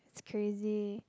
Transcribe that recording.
crazy